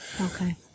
Okay